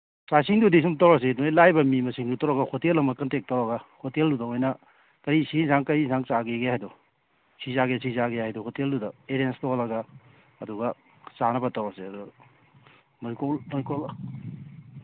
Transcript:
ꯆꯥꯛ ꯏꯁꯤꯡꯗꯨꯗꯤ ꯁꯨꯝ ꯇꯧꯔꯁꯤ ꯅꯣꯏ ꯂꯥꯛꯏꯕ ꯃꯤ ꯃꯁꯤꯡꯗꯨ ꯇꯧꯔꯒ ꯍꯣꯇꯦꯜ ꯑꯃ ꯀꯟꯇꯦꯛ ꯇꯧꯔꯒ ꯍꯣꯇꯦꯜꯗꯨꯗ ꯑꯣꯏꯅ ꯀꯩꯁꯤ ꯑꯦꯟꯁꯥꯡ ꯀꯔꯤ ꯑꯦꯟꯁꯥꯡ ꯆꯥꯒꯦꯒꯦ ꯍꯥꯏꯗꯣ ꯁꯤ ꯆꯥꯒꯦ ꯁꯤ ꯆꯥꯒꯦ ꯍꯥꯏꯗꯣ ꯍꯣꯇꯦꯜꯗꯨꯗ ꯑꯦꯔꯦꯟꯖ ꯇꯧꯍꯜꯂꯒ ꯑꯗꯨꯒ ꯆꯥꯅꯕ ꯇꯧꯔꯁꯦ ꯑꯗꯨ ꯅꯣꯏ ꯀꯣꯜ